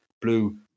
Blue